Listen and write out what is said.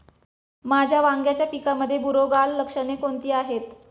माझ्या वांग्याच्या पिकामध्ये बुरोगाल लक्षणे कोणती आहेत?